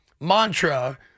mantra